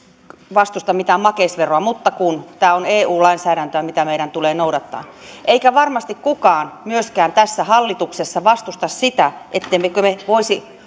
vastusta mitään makeisveroa mutta tämä on eu lainsäädäntöä mitä meidän tulee noudattaa eikä varmasti kukaan myöskään tässä hallituksessa vastusta sitä ettemmekö me voisi